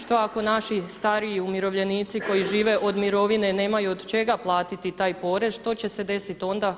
Što ako naši stariji umirovljenici koji žive od mirovine nemaju od čega platiti taj porez, što će se desiti onda?